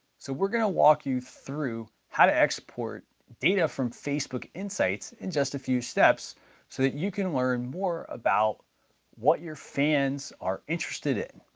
so we're gonna walk you through how to export data from facebook insights in just a few steps so that you can learn more about what your fans are interested in.